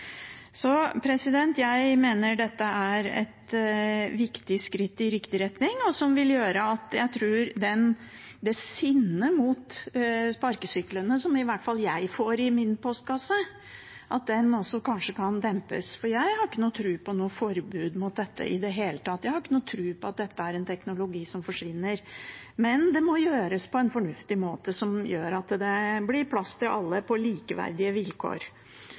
Jeg mener dette er et viktig skritt i riktig retning, som vil gjøre at jeg tror det sinnet mot sparkesyklene som i hvert fall jeg får i min postkasse, også kanskje kan dempes. Jeg har ikke noen tro på noe forbud mot dette i det hele tatt. Jeg har ikke noen tro på at dette er en teknologi som forsvinner. Men det må gjøres på en fornuftig måte, som gjør at det blir plass til alle på likeverdige vilkår.